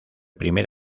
primer